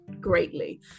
greatly